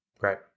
Right